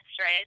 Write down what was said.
right